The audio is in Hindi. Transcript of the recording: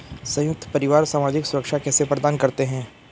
संयुक्त परिवार सामाजिक सुरक्षा कैसे प्रदान करते हैं?